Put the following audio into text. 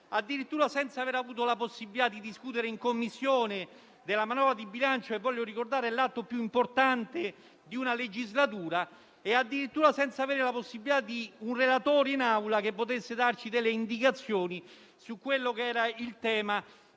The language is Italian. addirittura senza aver avuto la possibilità di discutere in Commissione della manovra di bilancio - che, voglio ricordarlo, è l'atto più importante di una legislatura - e addirittura senza avere un relatore in Aula che potesse darci delle indicazioni sul tema